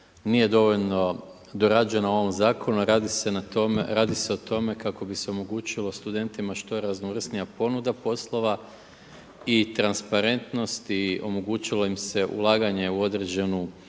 nije dovoljno dorađena ovom Zakonu, a radi se na tome, a radi se o tome kako bi se omogućilo studentima što raznovrsnija ponuda poslova i transparentnost i omogućilo im se ulaganje u odrađenu